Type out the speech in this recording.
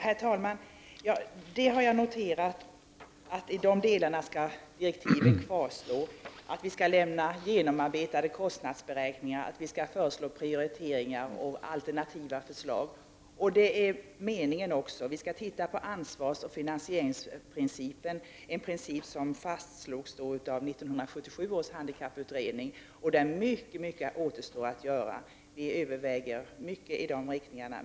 Herr talman! Jag har noterat att direktiven kvarstår när det gäller att lämna genomarbetade kostnadsberäkningar, föreslå prioriteringar och alternativa förslag. Vi skall titta på ansvarsoch finansieringsprincipen. Det är en princip som fastslogs av 1977 års handikapputredning. Mycket återstår att göra. Vi gör övervägningar i de riktningarna.